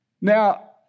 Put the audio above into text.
Now